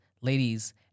ladies